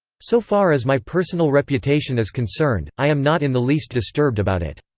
so far as my personal reputation is concerned, i am not in the least disturbed about it.